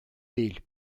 değil